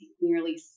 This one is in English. nearly